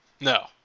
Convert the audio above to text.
No